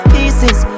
Pieces